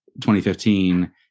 2015